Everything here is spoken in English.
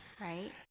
Right